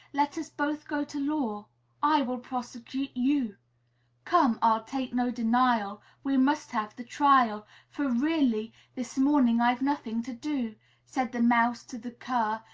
let us both go to law i will prosecute you come, i'll take no denial we must have the trial for really this morning i've nothing to do said the mouse to the cur,